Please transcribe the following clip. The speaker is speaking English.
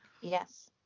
yes